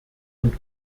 und